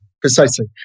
Precisely